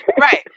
Right